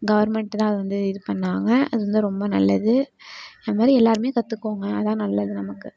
government தான் அது வந்து இது பண்ணிணாங்க அது வந்து ரொம்ப நல்லது அது மாதிரி எல்லாேருமே கற்றுக்கோங்க அதுதான் நல்லது நமக்கு